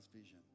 vision